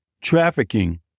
trafficking